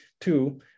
Two